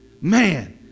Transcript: Man